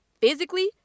physically